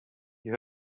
you